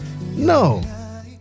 No